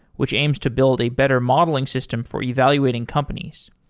which aims to build a better modeling system for evaluating companies.